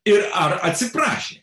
ir ar atsiprašė